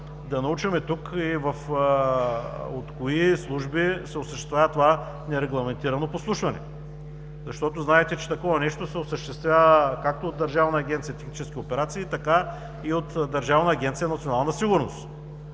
да научим тук и от кои служби се осъществява това нерегламентирано подслушване. Знаете, че такова нещо се осъществява както от Държавна агенция „Технически операции“, така и от Държавна агенция „Национална сигурност“,